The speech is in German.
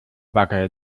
backe